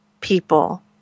people